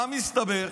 מה מסתבר?